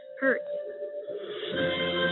Hurt